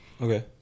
Okay